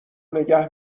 نگه